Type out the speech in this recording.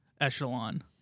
echelon